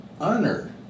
honor